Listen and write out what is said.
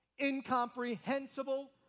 incomprehensible